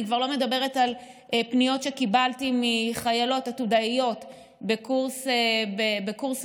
אני כבר לא מדברת על פניות שקיבלתי מחיילות עתודאיות בקורס לסיעוד,